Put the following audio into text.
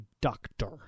doctor